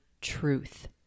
truth